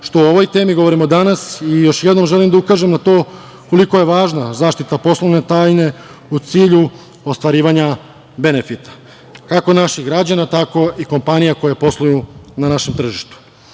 što o ovoj temi govorimo danas i još jednom želim da ukažem na to koliko je važna zaštita poslovne tajne u cilju ostvarivanja benefita kako naših građana, tako i kompanija koje posluju na našem tržištu.